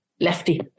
lefty